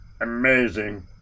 Amazing